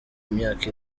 imyaka